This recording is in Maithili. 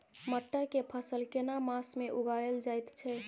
मटर के फसल केना मास में उगायल जायत छै?